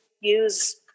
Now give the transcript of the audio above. use